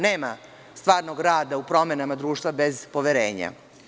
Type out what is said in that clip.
Nema stvarnog rada u promenama društva bez poverenja.